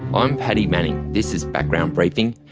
i'm paddy manning, this is background briefing,